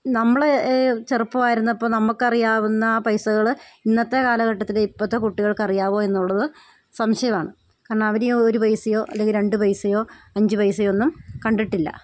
നമ്മളുടെ ചെറുപ്പമായിരുന്നപ്പം നമുക്കറിയാവുന്നാ പൈസകൾ ഇന്നത്തെ കാലഘട്ടത്തിൽ ഇപ്പോഴത്തെ കുട്ടികൾക്കറിയാമോ എന്നുള്ളത് സംശയമാണ് കാരണം അവരീ ഒരു പൈസയോ അല്ലെങ്കിൽ രണ്ട് പൈസയോ അഞ്ച് പൈസയൊന്നും കണ്ടിട്ടില്ല